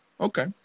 Okay